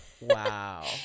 wow